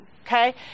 Okay